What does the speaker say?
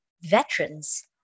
Veterans